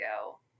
go